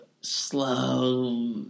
slow